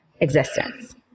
existence